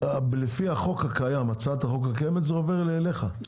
לפי החוק הקיים הצעת החוק הקיימת זה עובר אלייך,